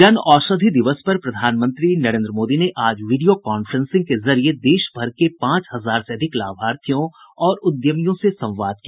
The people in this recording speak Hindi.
जन औषधि दिवस पर प्रधानमंत्री नरेन्द्र मोदी ने आज वीडियो कांफ्रेंसिंग के जरिये देश भर के पांच हजार से अधिक लाभार्थियों और उद्यमियों से संवाद किया